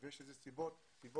ויש לזה סיבות עיקריות.